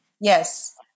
Yes